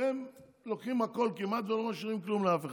הם לוקחים הכול כמעט ולא משאירים כלום לאף אחד.